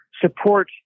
support